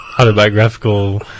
Autobiographical